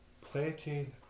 planting